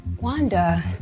Wanda